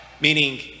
meaning